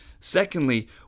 Secondly